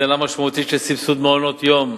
הגדלה משמעותית של סבסוד מעונות-יום,